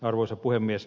arvoisa puhemies